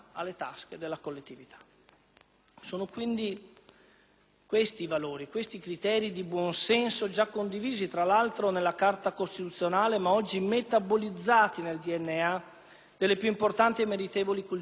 Sono quindi questi i valori e i criteri di buonsenso, già condivisi tra l'altro nella Carta costituzionale, ma oggi metabolizzati nel DNA delle più importanti e meritevoli culture del nostro Paese.